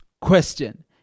Question